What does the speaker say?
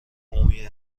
عمومی